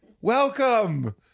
Welcome